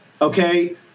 okay